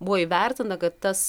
buvo įvertinta kad tas